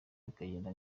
bikagenda